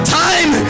time